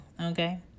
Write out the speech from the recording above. okay